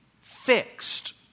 fixed